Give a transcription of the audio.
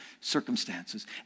circumstances